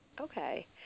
Okay